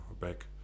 back